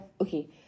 Okay